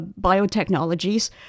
biotechnologies